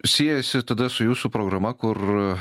siejasi tada su jūsų programa kur